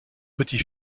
petit